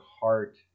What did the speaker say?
heart